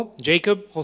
Jacob